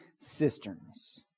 cisterns